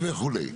וכו'.